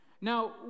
Now